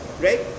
right